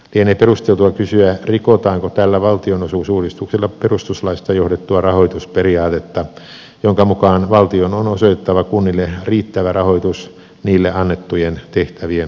lienee perusteltua kysyä rikotaanko tällä valtionosuusuudistuksella perustuslaista johdettua rahoitusperiaatetta jonka mukaan valtion on osoitettava kunnille riittävä rahoitus niille annettujen tehtävien hoitamiseen